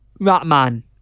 Ratman